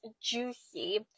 juicy